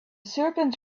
serpent